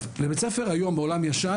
לבית ספר היום בעולם ישן,